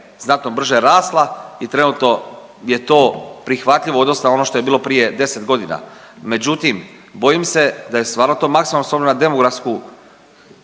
znatno brže rasla i trenutno je to prihvatljivo u odnosu na ono što je bilo prije 10 godina. Međutim, bojim se da je stvarno to maksimalno s obzirom na demografsku